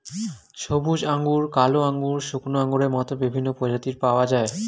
সবুজ আঙ্গুর, কালো আঙ্গুর, শুকনো আঙ্গুরের মত বিভিন্ন প্রজাতির পাওয়া যায়